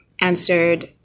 answered